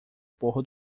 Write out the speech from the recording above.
pôr